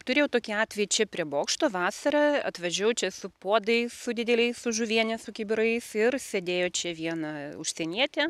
turėjau tokį atvejį čia prie bokšto vasarą atvažiavau čia su puodais su dideliais su žuvienės su kibirais ir sėdėjo čia viena užsienietė